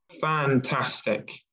Fantastic